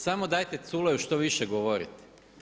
Samo dajte Culeju što više govoriti.